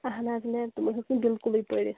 اہن حظ میم تِمو ہیٚوک نہٕ بلکُلٕے پٔرِتھ